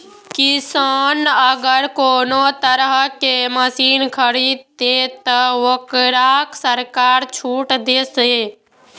किसान अगर कोनो तरह के मशीन खरीद ते तय वोकरा सरकार छूट दे छे?